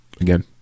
Again